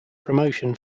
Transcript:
promotion